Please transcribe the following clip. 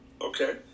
Okay